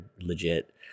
legit